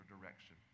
direction